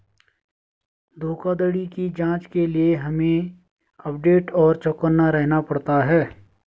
धोखाधड़ी की जांच के लिए हमे अपडेट और चौकन्ना रहना पड़ता है